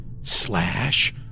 slash